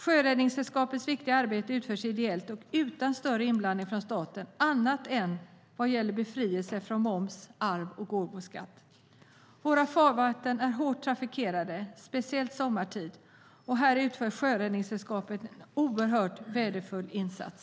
Sjöräddningssällskapets viktiga arbete utförs ideellt och utan större inblandning från staten annat än vad gäller befrielse från moms, arvs och gåvoskatt. Våra farvatten är hårt trafikerade, speciellt sommartid, och här utför Sjöräddningssällskapet en värdefull insats.